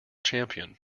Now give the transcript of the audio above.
champion